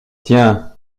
tiens